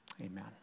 Amen